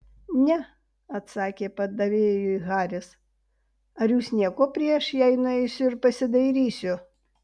ne atsakė padavėjui haris ar jūs nieko prieš jei nueisiu ir pasidairysiu